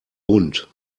bunt